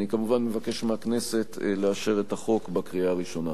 אני כמובן מבקש מהכנסת לאשר את החוק בקריאה הראשונה.